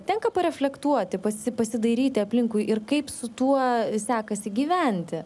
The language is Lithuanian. tenka pareflektuoti pasi pasidairyti aplinkui ir kaip su tuo sekasi gyventi